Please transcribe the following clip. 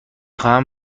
خواهم